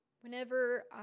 Whenever